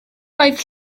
oedd